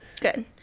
Good